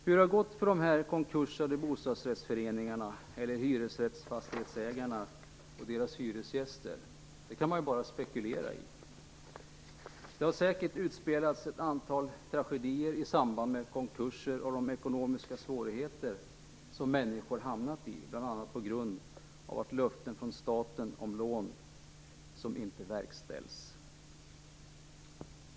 Hur det har gått för de aktuella bostadsrättsföreningar och hyresrättsfastighetsägare som gått i konkurs liksom för deras hyresgäster kan man bara spekulera om. Det har säkerligen utspelats ett antal tragedier i samband med de konkurser och de ekonomiska svårigheter som människor har hamnat i bl.a. på grund av att löften från staten om lån inte infriats.